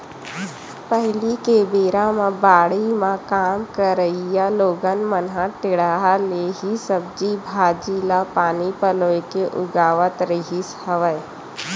पहिली के बेरा म बाड़ी म काम करइया लोगन मन ह टेंड़ा ले ही सब्जी भांजी ल पानी पलोय के उगावत रिहिस हवय